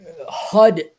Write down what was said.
HUD